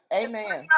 amen